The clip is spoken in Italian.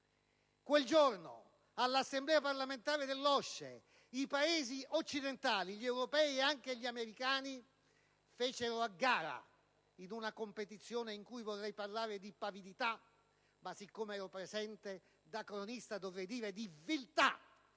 Quel giorno, all'Assemblea parlamentare dell'OSCE, i Paesi occidentali, gli europei, e anche gli americani, fecero a gara in una competizione in ordine alla quale vorrei parlare di pavidità, ma, siccome ero presente da cronista, dovrei dire di viltà!